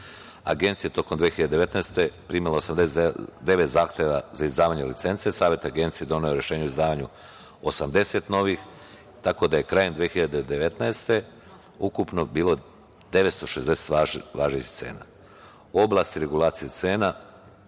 rada. Agencija je tokom 2019. godine primila 89 zahteva za izdavanje licence. Savet Agencije je doneo rešenje o izdavanju 80 novih, tako da je krajem 2019. godine ukupno bilo 960 važećih cena.